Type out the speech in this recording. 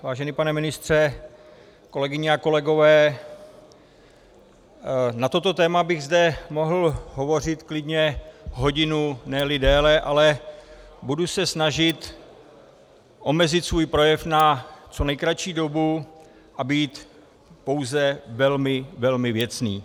Vážený pane ministře, kolegyně a kolegové, na toto téma bych zde mohl hovořit klidně hodinu, neli déle, ale budu se snažit omezit svůj projev na co nejkratší dobu a být pouze velmi, velmi věcný.